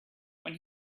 when